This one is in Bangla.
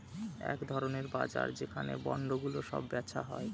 এক ধরনের বাজার যেখানে বন্ডগুলো সব বেচা হয়